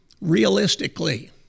realistically